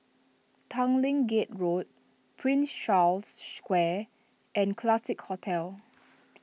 Tanglin Gate Road Prince Charles Square and Classique Hotel